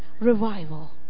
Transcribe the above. revival